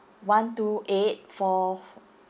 one two eight four